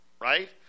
right